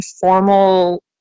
formal